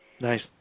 Nice